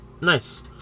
Nice